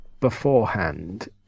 beforehand